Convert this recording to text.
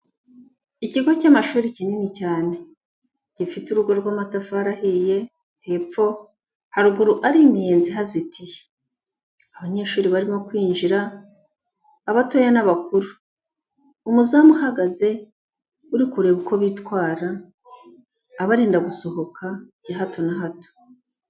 Ikigo cy'amashuri kinini cyane, gifite urugo rw'amatafari ahiye hepfo haruguru ari imiyenzi ihazitiye, abanyeshuri barimo kwinjira abatoya n'abakuru, umuzamu uhahagaze uri kureba uko bitwara abarinda gusohoka bya hato na hato.